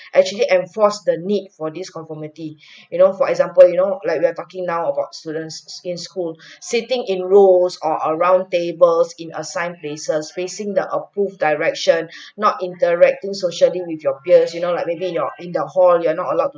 actually enforce the need for these conformity you know for example you know like we are talking now about students in school sitting in rows or a round tables in assign places facing the approved direction not interacting socially with your peers you know like maybe you're in the hall you're not allowed to